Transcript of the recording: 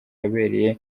yabereyemo